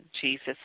Jesus